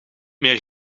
meer